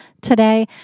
Today